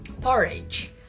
porridge